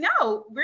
No